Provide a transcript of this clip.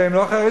והם לא חרדים,